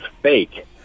fake